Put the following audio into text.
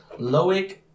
Loic